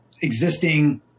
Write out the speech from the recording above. existing